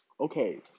Okay